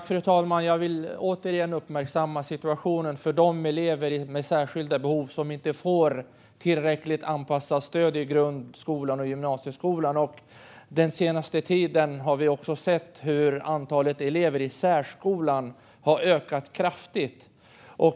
Fru talman! Jag vill återigen uppmärksamma situationen för de elever med särskilda behov som inte får tillräckligt anpassat stöd i grundskolan och gymnasieskolan. Den senaste tiden har vi också sett hur antalet elever i särskolan har ökat kraftigt.